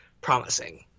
promising